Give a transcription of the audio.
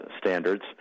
standards